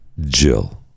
Jill